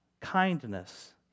kindness